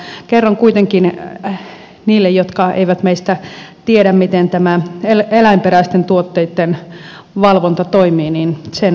mutta kerron kuitenkin niille jotka meistä eivät tiedä miten tämä eläinperäisten tuotteitten valvonta toimii sen taustan